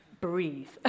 breathe